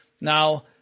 Now